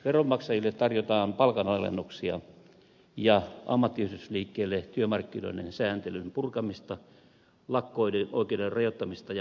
veronmaksajille tarjotaan palkanalennuksia ja ammattiyhdistysliikkeelle työmarkkinoiden sääntelyn purkamista lakko oikeuden rajoittamista ja massatyöttömyyttä